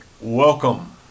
welcome